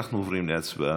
אנחנו עוברים להצבעה,